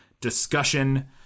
discussion